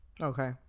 Okay